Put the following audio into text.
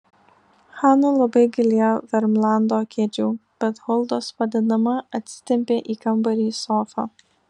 hana labai gailėjo vermlando kėdžių bet huldos padedama atsitempė į kambarį sofą